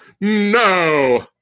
no